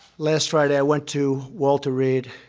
last friday, i went to walter reed.